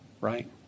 right